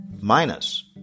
minus